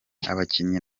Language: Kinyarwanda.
abakinnyi